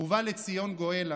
ובא לציון גואל,